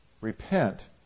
Repent